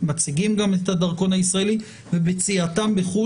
גם מציגים את הדרכון הישראלי וביציאתם לחוץ